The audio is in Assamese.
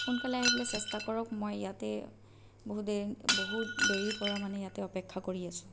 সোনকালে আহিবলৈ চেষ্টা কৰক মই ইয়াতেই বহু দেৰী বহুত দেৰীৰ পৰা মানে ইয়াতে অপেক্ষা কৰি আছোঁ